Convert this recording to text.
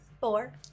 four